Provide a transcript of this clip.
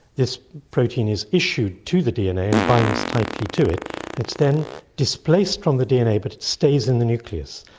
this protein is issued to the dna, and binds tightly to it, and it's then displaced from the dna but it stays in the nucleus.